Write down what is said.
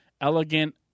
elegant